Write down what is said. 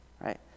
Right